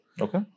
Okay